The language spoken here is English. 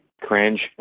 cringe